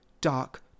dark